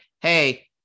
hey